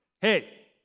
hey